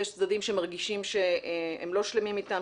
יש צדדים שמרגישים שהם לא שלמים אתם,